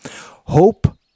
hope